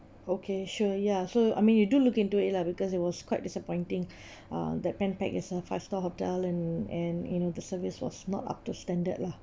okay sure ya so I mean you do look into it lah because it was quite disappointing uh that pan pac is a five star hotel and and you know the service was not up to standard lah